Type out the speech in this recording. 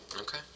okay